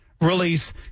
release